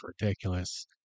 ridiculous